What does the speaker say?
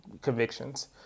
convictions